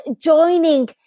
joining